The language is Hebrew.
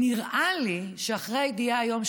נראה לי שאחרי הידיעה היום,